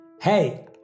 Hey